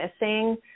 missing